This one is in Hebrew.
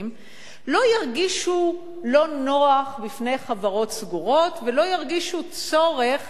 לא ירגישו לא נוח בפני חברות סגורות ולא ירגישו צורך